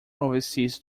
overseas